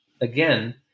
Again